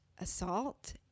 assault